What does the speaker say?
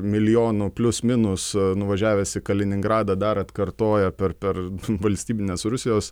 milijonu plius minus nuvažiavęs į kaliningradą dar atkartoja per per valstybines rusijos